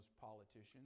politicians